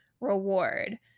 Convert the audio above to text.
reward